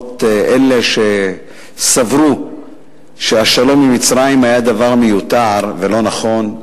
לפחות אלה שסברו שהשלום עם מצרים היה דבר מיותר ולא נכון,